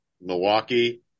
Milwaukee